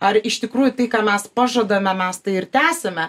ar iš tikrųjų tai ką mes pažadame mes tai ir tęsime